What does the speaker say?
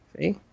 See